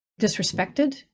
disrespected